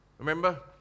Remember